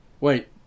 wait